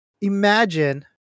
imagine